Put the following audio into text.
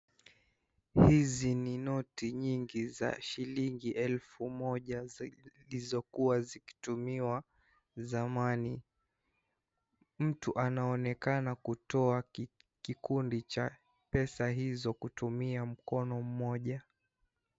Hizi ni noti nyingi za shilingi elfu moja zilizokuwa zinatumiwa zamani, mtu anaonekana kutoa kikundi cha pesa hizo kutumia mkono mmoja.